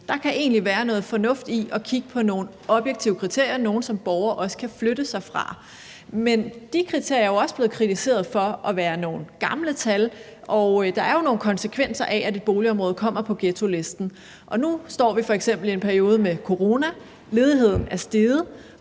der kan egentlig være noget fornuft i at kigge på nogle objektive kriterier – nogle, som borgere også kan flytte sig fra. Men de kriterier er jo også blevet kritiseret for at bygge på nogle gamle tal, og der er nogle konsekvenser af, at et boligområde kommer på ghettolisten. Nu står vi f.eks. i en periode med corona, ledigheden er steget,